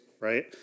right